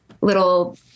little